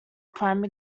prime